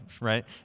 right